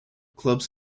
clubs